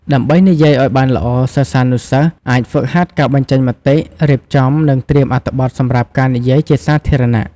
ដើម្បីនិយាយឲ្យបានល្អសិស្សានុសិស្ស អាចហ្វឹកហាត់ការបញ្ចេញមតិ រៀបចំ និងត្រៀមអត្ថបទសម្រាប់ការនិយាយជាសាធារណៈ។